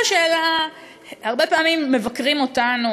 הרבה פעמים מבקרים אותנו,